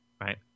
right